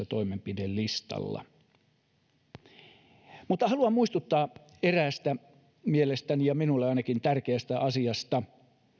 toimenpidelistalla haluan muistuttaa eräästä mielestäni ja ainakin minulle tärkeästä asiasta